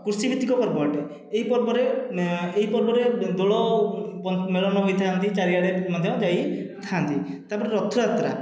କୃଷି ଭିତ୍ତିକ ପର୍ବ ଅଟେ ଏହି ପର୍ବରେ ଏହି ପର୍ବରେ ଦୋଳ ମେଳନ ହୋଇଥାଆନ୍ତି ଚାରିଆଡ଼େ ମଧ୍ୟ ଯାଇଥାନ୍ତି ତାପରେ ରଥଯାତ୍ରା